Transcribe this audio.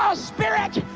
ah spirit!